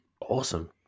Awesome